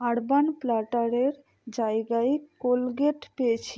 urban প্ল্যাটারের জায়গায় Colgate পেয়েছি